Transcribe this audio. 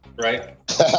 right